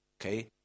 Okay